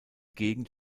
gegend